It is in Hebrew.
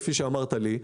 כפי שאמרת לי,